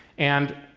and,